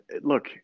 look